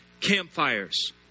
campfires